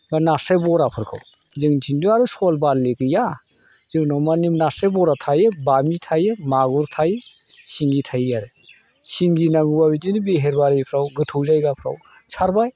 बा नास्राय बराफोरखौ जोंनिथिंथ' आरो सल बारलि गैया जोंनाव माने नास्राय बरा थायो बामि थायो मागुर थायो सिंगि थायो आरो सिंगि नांगौबा बिदिनो बेहेर बारिफ्राव गोथौ जायगाफ्राव सारबाय